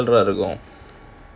uh then இருக்கும்:irukkum